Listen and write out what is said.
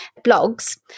blogs